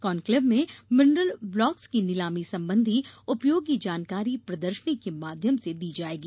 conclave में mineral blocks की नीलामी संबंधी उपयोगी जानकारी प्रदर्शनी के माध्यम से दी जायेगी